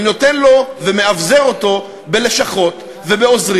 אני נותן לו ומאבזר אותו בלשכות ובעוזרים,